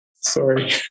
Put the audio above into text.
Sorry